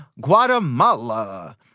Guatemala